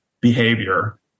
behavior